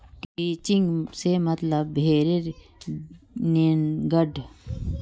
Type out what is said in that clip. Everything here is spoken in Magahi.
क्रचिंग से मतलब भेडेर नेंगड चारों भीति आर पिछला पैरैर बीच से ऊनक हटवा से छ